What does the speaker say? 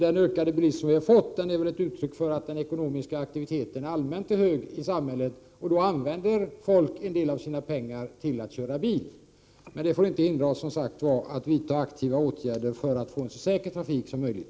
Den ökade bilism vi har fått är väl ett uttryck för att den ekonomiska aktiviteten i samhället är hög. Då använder man en del av sina pengar till att köpa bil. Men det får som sagt inte hindra oss från att vidta effektiva åtgärder för att få en så säker trafik som möjligt.